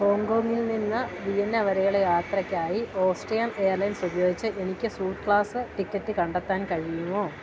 ഹോങ്കോങ്ങിൽ നിന്ന് വിയന്ന വരെയുള്ള യാത്രയ്ക്കായി ഓസ്ട്രിയൻ എയർലൈൻസ് ഉപയോഗിച്ച് എനിക്ക് സ്യൂട്ട് ക്ലാസ് ടിക്കറ്റ് കണ്ടെത്താൻ കഴിയുമോ